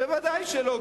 ודאי שלא,